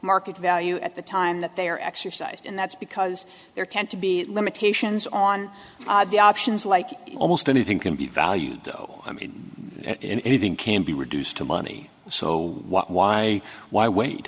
market value at the time that they are exercised and that's because there tend to be limitations on the options like almost anything can be valued though i mean anything can be reduced to money so what why why wait